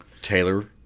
Taylor